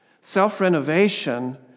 Self-renovation